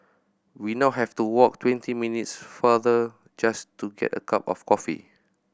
we now have to walk twenty minutes farther just to get a cup of coffee